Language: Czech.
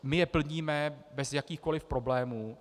My je plníme bez jakýchkoli problémů.